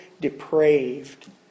depraved